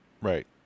Right